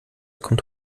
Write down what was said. kommt